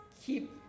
keep